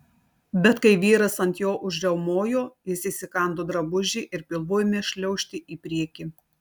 bet kai vyras ant jo užriaumojo jis įsikando drabužį ir pilvu ėmė šliaužti į priekį